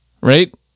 Right